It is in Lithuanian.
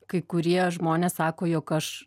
kai kurie žmonės sako jog aš